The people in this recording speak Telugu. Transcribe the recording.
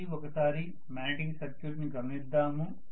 మళ్ళీ ఒకసారి మాగ్నెటిక్ సర్క్యూట్ ని గమనిద్దాము